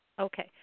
Okay